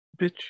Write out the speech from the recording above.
bitch